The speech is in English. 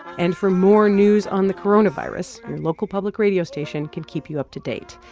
and for more news on the coronavirus, your local public radio station can keep you up to date.